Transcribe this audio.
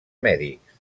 mèdics